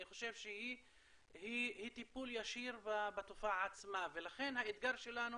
אני חושב שהיא טיפול ישיר בתופעה עצמה ולכן האתגר שלנו